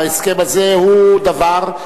ההסכם הזה הוא דבר,